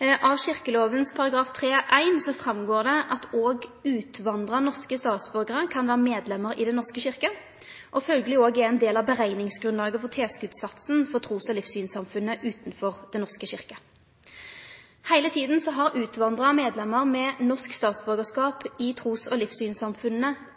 Av kyrkjelovas § 3-1 framgår det at òg utvandra norske statsborgarar kan vere medlemer i Den norske kyrkja, og følgjeleg òg er ein del av berekningsgrunnlaget til tilskotssatsen for trus- og livssynssamfunna utanfor Den norske kyrkja. Heile tida har utvandra medlemer med norsk statsborgarskap i trus- og